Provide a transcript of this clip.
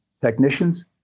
technicians